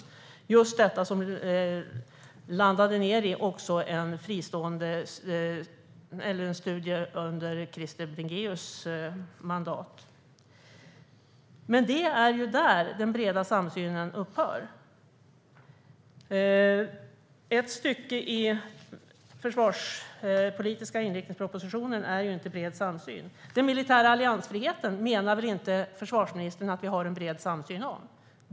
Det var just detta som landade i en studie under Krister Bringéus mandat. Men det är där den breda samsynen upphör. Ett stycke i den försvarspolitiska inriktningspropositionen är ju inte en bred samsyn. Den militära alliansfriheten menar väl inte försvarsministern att vi har bred samsyn om?